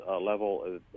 level